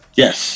yes